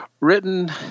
written